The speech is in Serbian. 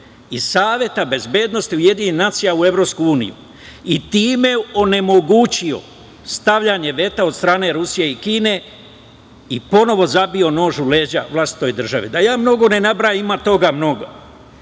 iz Saveta bezbednosti UN u Evropsku uniju i time onemogućio stavljanje veta od strane Rusije i Kine i ponovo zabio nož u leđa vlastitoj državi. Da ja mnogo ne nabrajam, ima toga mnogo. Samo